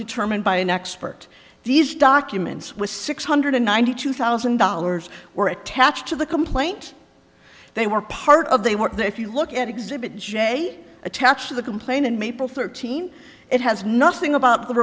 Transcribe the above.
determined by an expert these documents with six hundred ninety two thousand dollars were attached to the complaint they were part of they were if you look at exhibit j attached to the complainant maple thirteen it has nothing about the